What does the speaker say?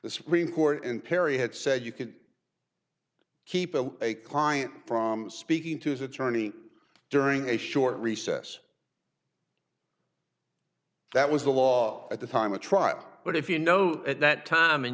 the supreme court and perry had said you can keep a client from speaking to his attorney during a short recess that was the law at the time of trial but if you know at that time and